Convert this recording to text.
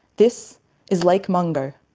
this is lake mungo,